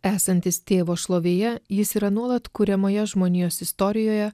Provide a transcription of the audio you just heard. esantis tėvo šlovėje jis yra nuolat kuriamoje žmonijos istorijoje